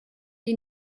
die